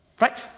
Right